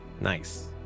Nice